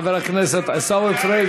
חבר הכנסת עיסאווי פריג',